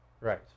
Right